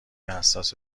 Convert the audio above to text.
حساس